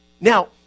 Now